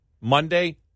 Monday